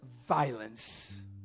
violence